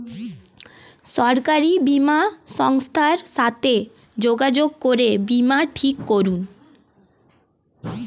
সরকারি বীমা সংস্থার সাথে যোগাযোগ করে বীমা ঠিক করুন